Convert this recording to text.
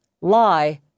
lie